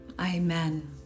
Amen